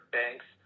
banks